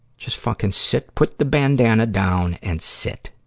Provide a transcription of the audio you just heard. just fucking sit put the bandana down and sit!